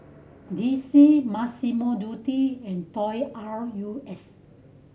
D C Massimo Dutti and Toy R U S